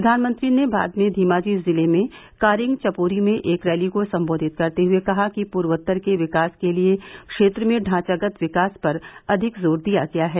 प्रधानमंत्री ने बाद में धेमाजी जिले में कारेंग चपोरी में एक रैली को संबोधित करते हुए कहा कि पूर्वोत्तर के विकास के लिए क्षेत्र में ढांचागत विकास पर अधिक जोर दिया गया है